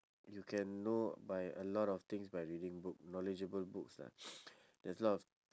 you can know by a lot of things by reading book knowledgeable books lah there's lots